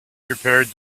prepared